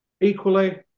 equally